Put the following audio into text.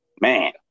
Man